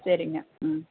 சரிங்க ம்